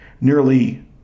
Nearly